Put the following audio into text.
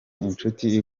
inshuti